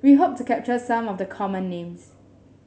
we hope to capture some of the common names